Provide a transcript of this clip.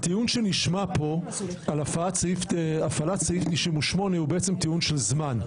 הטיעון שנשמע פה על הפעלת סעיף 98 הוא בעצם טיעון של זמן,